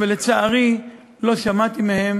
לצערי, לא שמעתי מהם